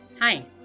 hi